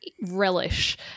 Relish